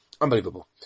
Unbelievable